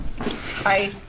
Hi